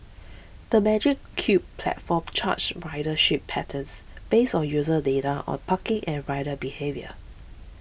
the Magic Cube platform charts ridership patterns based on user data on parking and rider behaviour